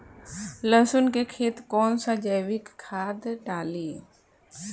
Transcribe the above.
लहसुन के खेत कौन सा जैविक खाद डाली?